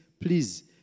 please